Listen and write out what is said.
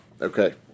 Okay